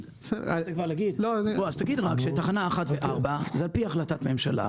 תגיד רק שתחנות 1 ו-4 זה על פי החלטת ממשלה,